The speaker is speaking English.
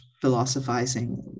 philosophizing